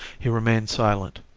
he remained silent.